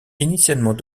initialement